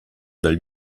dal